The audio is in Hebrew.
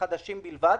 חדשים בלבד.